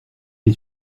les